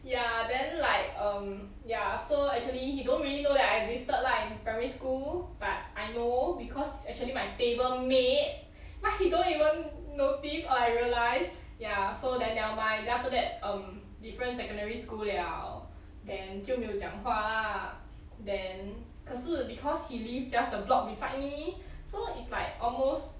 ya then like um ya so actually he don't really know that I existed like primary school but I know because actually my table mate but he don't even notice or like realize ya so then nevermind then after that um different secondary school 了 then 就没有讲话 lah then 可是 because he live just a block beside me so it's like almost